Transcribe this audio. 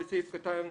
בסעיף קטן (ג),